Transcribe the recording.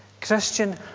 Christian